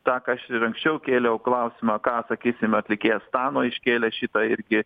tą ką aš ir anksčiau kėliau klausimą ką sakysim atlikėjas stano iškėlė šitą irgi